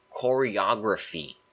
choreography